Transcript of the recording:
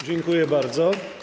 Dziękuję bardzo.